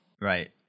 Right